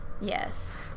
Yes